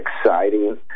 exciting